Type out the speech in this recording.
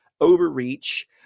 overreach